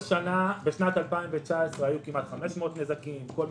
בשנת 2019 היו כמעט 500 נזקים, למשל